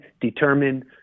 determine